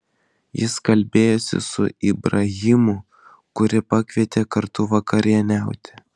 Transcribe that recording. jis kalbėjosi su ibrahimu kurį pakvietė kartu vakarieniauti